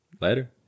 Later